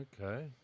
Okay